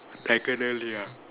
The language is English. diagonally ah